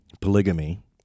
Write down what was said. polygamy